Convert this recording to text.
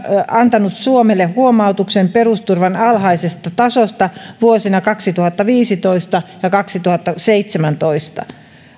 antanut suomelle huomautuksen perusturvan alhaisesta tasosta vuosina kaksituhattaviisitoista ja kaksituhattaseitsemäntoista